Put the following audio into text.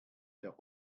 der